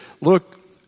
look